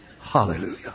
Hallelujah